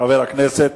חבר הכנסת